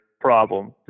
problem